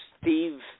Steve